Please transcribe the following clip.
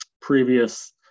previous